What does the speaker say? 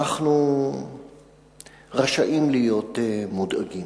אנחנו רשאים להיות מודאגים.